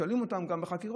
גם שואלים אותם בחקירות,